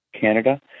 Canada